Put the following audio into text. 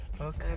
Okay